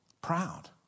proud